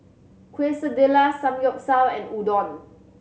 Quesadillas Samgeyopsal and Udon